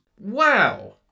Wow